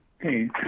Hey